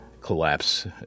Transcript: collapse